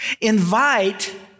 invite